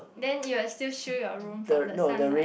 then you're still shield your room from the sunlight